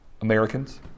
Americans